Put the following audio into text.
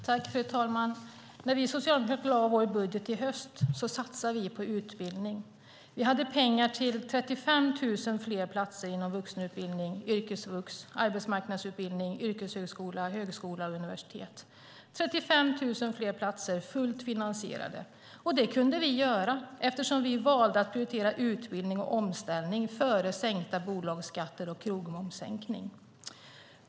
Fru talman! När vi socialdemokrater lade fast vår budget i höstas satsade vi på utbildning. Vi hade pengar till 35 000 fler platser inom vuxenutbildning, yrkesvux, arbetsmarknadsutbildning, yrkeshögskola, högskola och universitet - 35 000 fler platser, fullt finansierade. Det kunde vi göra eftersom vi valde att prioritera utbildning och omställning före sänkta bolagsskatter och sänkning av krogmomsen.